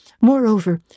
moreover